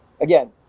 Again